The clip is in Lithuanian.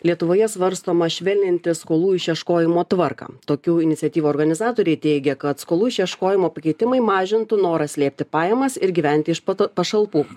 lietuvoje svarstoma švelninti skolų išieškojimo tvarką tokių iniciatyvų organizatoriai teigia kad skolų išieškojimo pakeitimai mažintų norą slėpti pajamas ir gyventi iš pata pašalpų